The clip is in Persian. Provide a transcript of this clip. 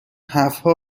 حرفها